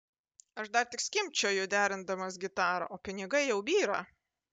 aš dar tik skimbčioju derindamas gitarą o pinigai jau byra